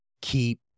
keep